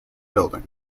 building